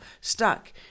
stuck